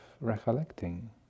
recollecting